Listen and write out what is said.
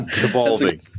devolving